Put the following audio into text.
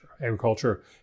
Agriculture